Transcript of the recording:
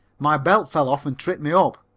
my belt fell off and tripped me up.